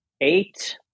eight